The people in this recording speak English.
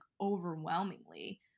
overwhelmingly